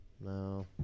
No